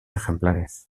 ejemplares